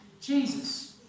Jesus